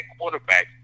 quarterback